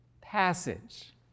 passage